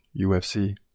UFC